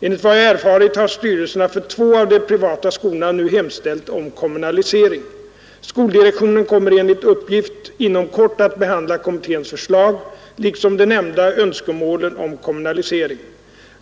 Enligt vad jag erfarit har styrelserna för två av de privata skolorna nu hemställt 7 om kommunalisering. Skoldirektionen kommer enligt uppgift inom kort att behandla kommitténs förslag liksom de nämnda önskemålen om kommunalisering.